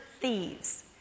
thieves